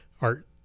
art